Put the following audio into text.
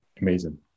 Amazing